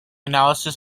analysis